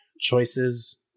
choices